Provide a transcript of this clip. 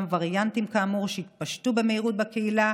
עימם וריאנטים כאמור שיתפשטו במהירות בקהילה